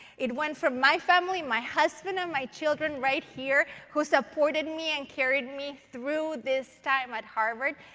it went from my family, my husband, and my children right here, who supported me and carried me through this time at harvard,